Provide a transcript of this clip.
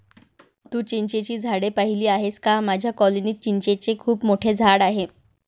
तू चिंचेची झाडे पाहिली आहेस का माझ्या कॉलनीत चिंचेचे खूप मोठे झाड आहे